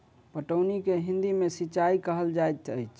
पटौनी के हिंदी मे सिंचाई कहल जाइत अछि